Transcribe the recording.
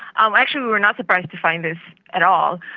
um actually we were not surprised to find this at all.